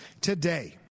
today